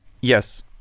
Yes